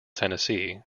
tennessee